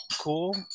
cool